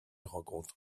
rencontre